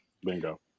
Bingo